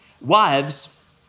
Wives